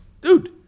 Dude